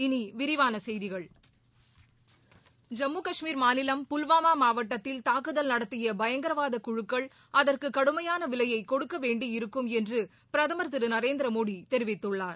இனி விரிவான செய்திகள் ஐம்மு கஷ்மீர் மாநிலம் புல்வாமா மாவட்டத்தில் தாக்குதல் நடத்திய பயங்கரவாத குழுக்கள் அதற்கு கடுமையான விலையை கொடுக்கவேண்டியிருக்கும் என்று பிரதமர் திரு நரேந்திரமோடி தெரிவித்துள்ளார்